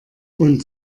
und